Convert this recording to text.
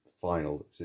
final